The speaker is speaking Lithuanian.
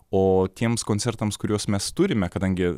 o tiems koncertams kuriuos mes turime kadangi